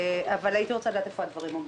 אבל הייתי רוצה לדעת איפה הדברים עומדים.